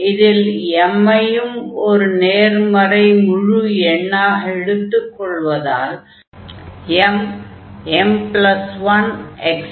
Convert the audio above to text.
இதில் m ஐயும் ஒரு நேர்மறை முழு எண்ணாக எடுத்துக் கொள்வதால் m m1